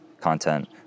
content